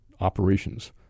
operations